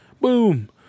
Boom